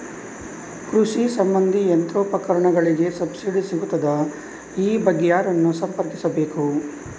ಕೃಷಿ ಸಂಬಂಧಿ ಯಂತ್ರೋಪಕರಣಗಳಿಗೆ ಸಬ್ಸಿಡಿ ಸಿಗುತ್ತದಾ? ಈ ಬಗ್ಗೆ ಯಾರನ್ನು ಸಂಪರ್ಕಿಸಬೇಕು?